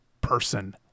person